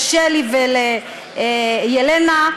לשלי ולילנה,